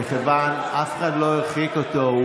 הרחקת אותו.